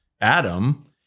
Adam